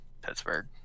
Pittsburgh